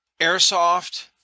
Airsoft